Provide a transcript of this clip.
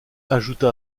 ajouta